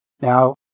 Now